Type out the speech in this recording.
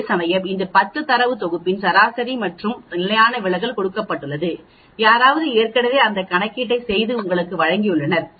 அதேசமயம் இந்த 10 தரவு தொகுப்பின் சராசரி மற்றும் நிலையான விலகல் கொடுக்கப்பட்டுள்ளது யாரோ ஏற்கனவே அந்த கணக்கீட்டைச் செய்து உங்களுக்கு வழங்கியுள்ளனர்